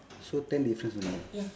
so ten difference only ah